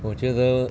我觉得